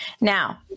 Now